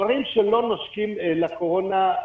דברים שלא נושקים לקורונה,